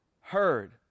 heard